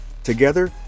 Together